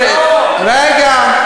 זאת לא הצעת החוק.